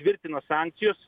tvirtina sankcijos